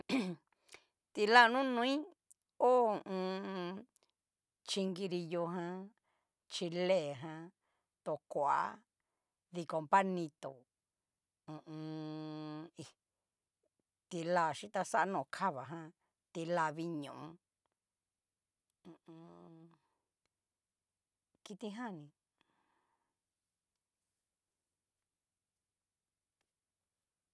ti'la nonoi ho o on. chikirillo jan, kile jan, tokoa, dikon panito, hu u un. hi, ti'la xhitaxa no kava ján, tila viñó, hu u un. kitijan ní.